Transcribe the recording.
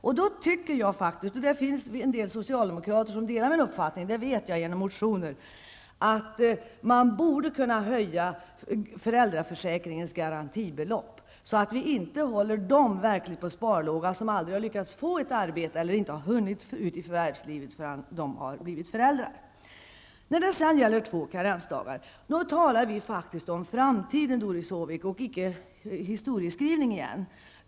Jag anser faktiskt -- och det finns en del socialdemokrater som delar min uppfattning, det vet jag genom motioner -- att man borde kunna höja föräldraförsäkringens garantibelopp så att vi inte håller på sparlåga dem som aldrig har lyckats få ett arbete eller inte hunnit ut i förvärvslivet innan de blivit föräldrar. När det sedan gäller frågan om två karensdagar talar vi faktiskt om framtiden, Doris Håvik, och inte om historieskrivning.